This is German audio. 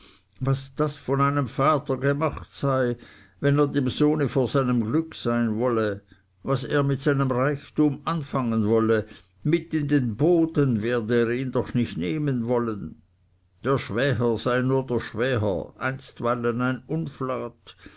was das von einem vater gemacht sei wenn er dem sohne vor seinem glück sein wolle was er mit seinem reichtum anfangen wolle mit in den boden werde er ihn doch nicht nehmen wollen der schwäher sei nur der schwäher einstweilen ein